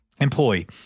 employee